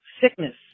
sickness